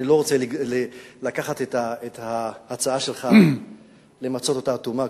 אני לא רוצה לקחת את ההצעה שלך ולמצות אותה עד תומה,